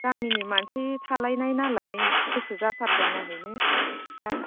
गामिनि मानसि थालायनाय नालाय गोसो जाथारदों नाहैनो दा